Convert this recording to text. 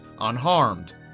unharmed